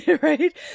right